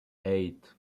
eight